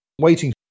waiting